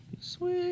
Sweet